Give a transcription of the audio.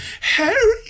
Harry